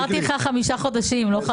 חמישה חודשים.